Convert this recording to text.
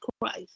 Christ